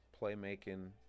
playmaking